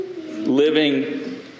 living